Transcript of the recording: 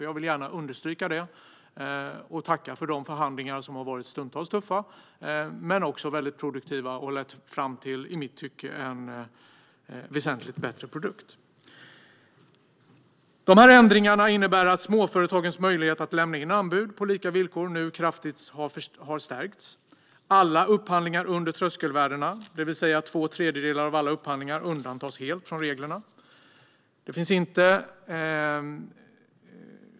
Jag vill gärna understryka det och tacka för de förhandlingar som stundtals har varit tuffa men också mycket produktiva och lett fram till, i mitt tycke, en väsentligt bättre produkt. Dessa ändringar innebär att småföretagens möjligheter att lämna in anbud på lika villkor nu kraftigt har stärkts. Alla upphandlingar under tröskelvärdena, det vill säga två tredjedelar av alla upphandlingar, undantas helt från reglerna.